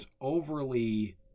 overly